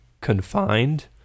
confined